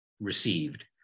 received